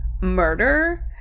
murder